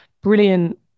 brilliant